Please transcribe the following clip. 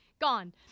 Gone